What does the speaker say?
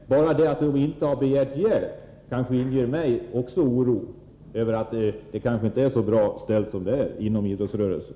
Bara det förhållandet att man inte har begärt hjälp inger mig oro för att det kanske inte är så bra ställt inom idrottsrörelsen.